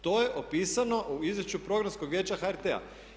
To je opisano u izvješću Programskog vijeća HRT-a.